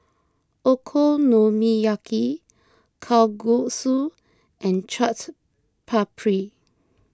Okonomiyaki Kalguksu and Chaat Papri